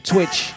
Twitch